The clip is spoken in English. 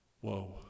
whoa